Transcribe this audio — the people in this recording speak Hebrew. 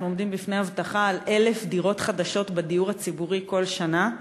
אנחנו עומדים בפני הבטחה על 1,000 דירות חדשות בדיור הציבורי כל שנה,